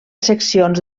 seccions